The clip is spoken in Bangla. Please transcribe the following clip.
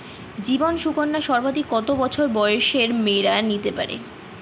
জীবন সুকন্যা সর্বাধিক কত বছর বয়সের মেয়েরা নিতে পারে?